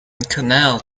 canal